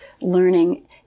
learning